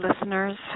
listeners